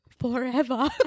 forever